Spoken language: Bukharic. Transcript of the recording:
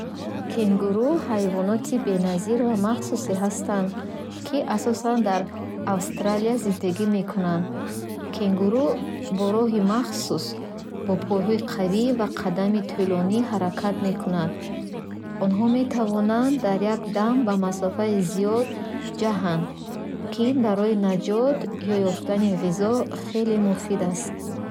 Кенгуру ҳайвоноти беназир ва махсусе ҳастанд, ки асосан дар Австралия зиндагӣ мекунанд. Кенгуру бо роҳи махсус бо пойҳои қавӣ ва қадами тӯлонӣ ҳаракат мекунанд. Онҳо метавонанд дар як дам ба масофаи зиёд ҷаҳанд, ки ин барои наҷот ё ёфтани ғизо хеле муфид аст.